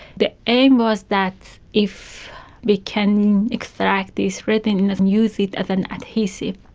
the aim was that if we can extract this resin and use it as an adhesive.